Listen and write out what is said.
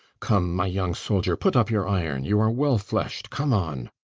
come, my young soldier, put up your iron you are well flesh'd come on.